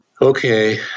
Okay